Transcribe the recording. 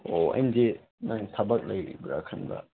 ꯑꯣ ꯑꯩꯅꯗꯤ ꯅꯪ ꯊꯕꯛ ꯂꯩꯕ꯭ꯔꯥ ꯈꯟꯕ